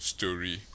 Story